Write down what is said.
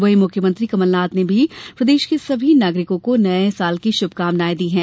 वहीं मुख्यमंत्री कमलनाथ ने भी प्रदेश के सभी नागरिकों को नए साल की शुभकामनाएँ दी हैं